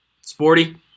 Sporty